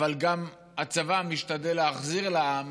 אבל הצבא גם משתדל להחזיר לעם